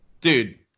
Dude